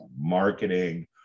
marketing